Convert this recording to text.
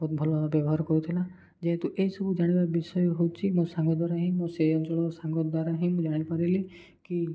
ବହୁତ ଭଲ ବ୍ୟବହାର କରୁଥିଲା ଯେହେତୁ ଏସବୁ ଜାଣିବା ବିଷୟ ହଉଛି ମୋ ସାଙ୍ଗ ଦ୍ୱାରା ହିଁ ମୋ ସେଇ ଅଞ୍ଚଳର ସାଙ୍ଗ ଦ୍ୱାରା ହିଁ ମୁଁ ଜାଣିପାରିଲି କି